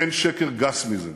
אין שקר גס מזה.